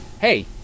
hey